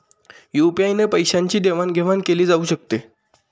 UPI ने पैशांची देवाणघेवाण केली जाऊ शकते